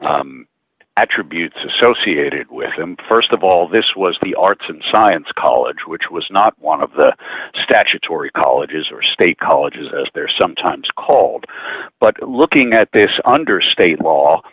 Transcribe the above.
attributes associated with them st of all this was the arts and science college which was not one of the statutory colleges or state colleges as they're sometimes called but looking at this under state law